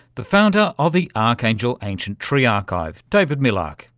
the founder of the archangel ancient tree archive, david milarch.